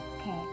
Okay